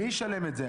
מי ישלם את זה?